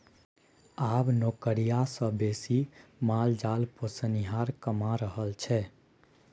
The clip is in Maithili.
आब नौकरिया सँ बेसी माल जाल पोसनिहार कमा रहल छै